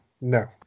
No